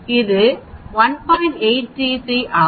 833 ஆகும்